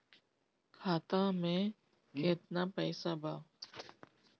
खाता में केतना पइसा बा?